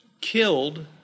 killed